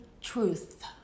truth